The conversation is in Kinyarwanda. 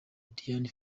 dian